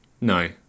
No